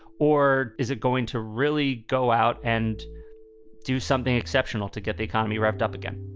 or is it going to really go out and do something exceptional to get the economy revved up again?